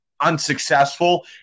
unsuccessful